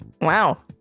Wow